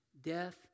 Death